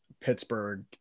pittsburgh